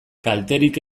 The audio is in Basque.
kalterik